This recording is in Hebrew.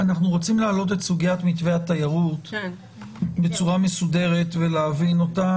אנחנו רוצים להעלות את סוגיית מתווה התיירות בצורה מסודרת ולהבין אותה,